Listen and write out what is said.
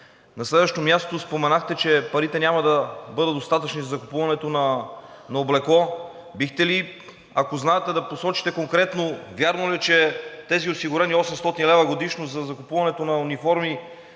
На следващо място, споменахте, че парите няма да бъдат достатъчни за купуването на облекло. Бихте ли, ако знаете, да посочите конкретно: вярно ли е, че тези осигурени 800 лв. годишно за закупуването на униформи